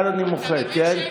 את 1 אני מוחק, כן?